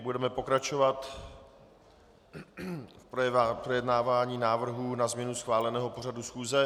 Budeme pokračovat v projednávání návrhů na změnu schváleného pořadu schůze.